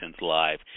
Live